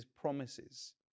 promises